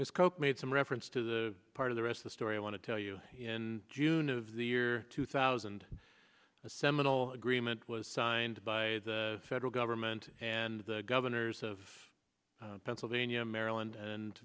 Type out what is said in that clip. this coke made some reference to the part of the rest the story i want to tell you in june of the year two thousand a seminal agreement was signed by the federal government and the governors of pennsylvania maryland and